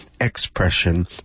Expression